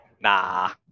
Nah